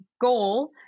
goal